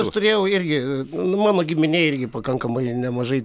aš turėjau irgi nu mano giminėj irgi pakankamai nemažai